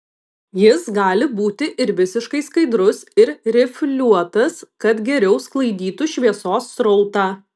jis gali būti ir visiškai skaidrus ir rifliuotas kad geriau sklaidytų šviesos srautą